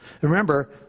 Remember